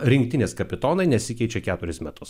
rinktinės kapitonai nesikeičia keturis metus